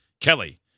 Kelly